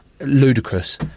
Ludicrous